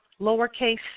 lowercase